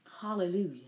hallelujah